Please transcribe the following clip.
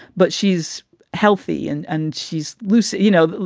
but she's healthy and and she's loose. you know,